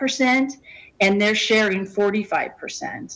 percent and they're sharing forty five percent